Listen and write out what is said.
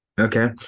Okay